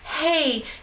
Hey